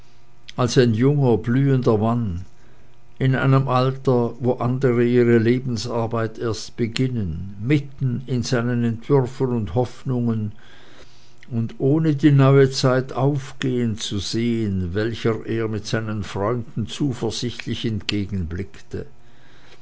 als ein junger blühender mann in einem alter wo andere ihre lebensarbeit erst beginnen mitten in seinen entwürfen und hoffnungen und ohne die neue zeit aufgehen zu sehen welcher er mit seinen freunden zuversichtlich entgegenblickte